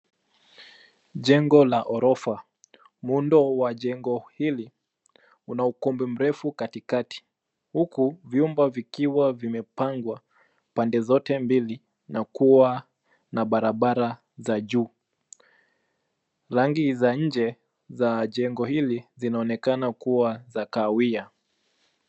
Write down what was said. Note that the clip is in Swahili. Jengo la ghorofa. Muundo wa jengo hili una ukombe mrefu katikati huku vyumba vikiwa vimepangwa pande zote mbili na kuwa na barabara za juu. Rangi za nje za jengo hili zinaonekana kuwa za kahawia.